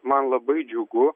man labai džiugu